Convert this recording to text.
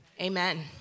Amen